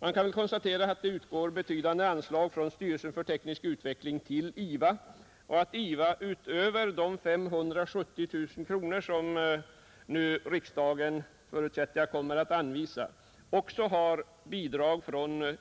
Man kan konstatera att det utgår betydande anslag från styrelsen för teknisk utveckling till IVA och att IVA utöver de 570 000 kronor som riksdagen nu, förutsätter jag, kommer att anvisa också har bidrag från